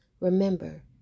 remember